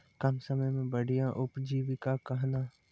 कम समय मे बढ़िया उपजीविका कहना?